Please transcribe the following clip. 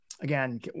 again